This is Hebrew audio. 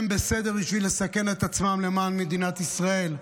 בסדר בשביל לסכן את עצמם למען מדינת ישראל,